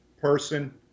person